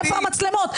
איפה המצלמות?